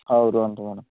ହଉ ରୁହନ୍ତୁ ମ୍ୟାଡ଼ମ୍